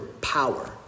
power